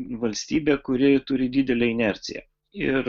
valstybė kuri turi didelę inerciją ir